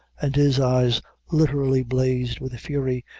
and his eyes literally blazed with fury,